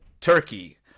Turkey